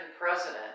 president